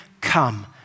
come